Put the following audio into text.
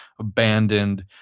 abandoned